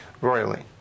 Royally